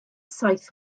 saith